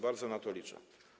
Bardzo na to liczę.